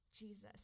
Jesus